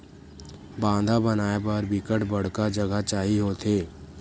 बांधा बनाय बर बिकट बड़का जघा चाही होथे